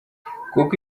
kuko